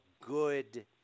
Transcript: good